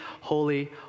holy